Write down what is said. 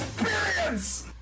Experience